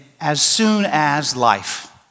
as-soon-as-life